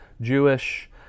Jewish